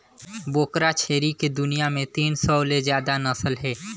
बोकरा छेरी के दुनियां में तीन सौ ले जादा नसल हे